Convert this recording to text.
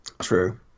True